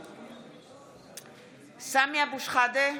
(קוראת בשמות חברי הכנסת) סמי אבו שחאדה,